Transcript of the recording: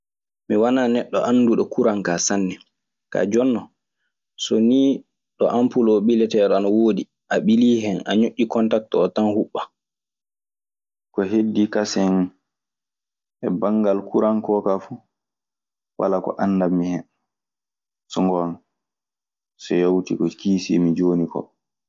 Mi wanaa neɗɗo annduɗo kuran kaa sanne, kaa jonnoo sonii ɗo ampul oo ɓiletee ɗoo ana woodi a ɓilii hen. A ñoƴƴi kontakti oo tan huɓɓan. Ko heddii kasen e banngal kuran koo kaa fu walaa ko anndammi hen, so ngoonga, so yawtii ko kiisii mi jooni koo.